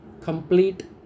complete